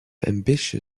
ambition